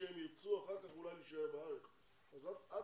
אז אם